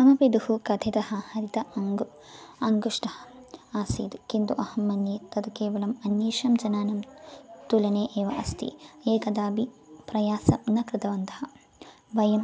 मम पितुः कथितः हरितः अङ्गम् अङ्गुष्ठः आसीद् किन्तु अहं मन्ये तद् केवलम् अन्येषां जनानां तुलने एव अस्ति ये कदापि प्रयासं न कृतवन्तः वयं